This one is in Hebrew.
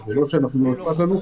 זה לא שלא אכפת לכם,